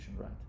right